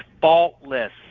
faultless